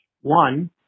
One